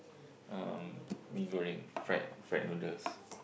um Mee-Goreng fried fried noodles